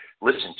listen